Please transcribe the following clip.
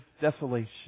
desolation